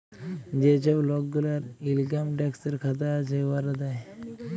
যে ছব লক গুলার ইলকাম ট্যাক্সের খাতা আছে, উয়ারা দেয়